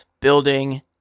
building